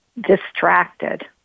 distracted